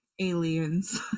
Aliens